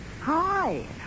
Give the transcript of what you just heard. Hi